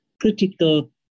critical